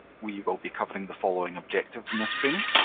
we will be covering the following objectives in this training